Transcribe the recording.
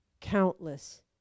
countless